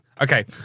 Okay